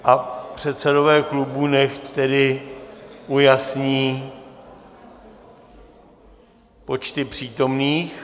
A předsedové klubů nechť tedy ujasní počty přítomných.